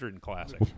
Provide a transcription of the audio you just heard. classic